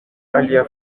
alia